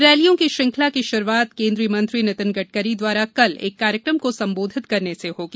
रैलियों की श्रंखला की शुरुआत केंद्रीय मंत्री नितिन गडकरी द्वारा कल एक कार्यक्रम को संबोधित करने से होगी